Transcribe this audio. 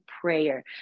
prayer